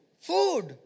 food